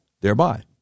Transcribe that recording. thereby